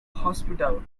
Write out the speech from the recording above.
hospital